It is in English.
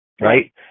right